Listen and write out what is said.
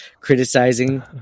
criticizing